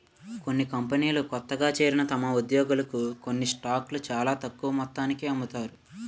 కొన్ని కంపెనీలు కొత్తగా చేరిన తమ ఉద్యోగులకు కొన్ని స్టాక్స్ చాలా తక్కువ మొత్తానికి అమ్ముతారు